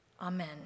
amen